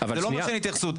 זה לא אומר שאין התייחסות.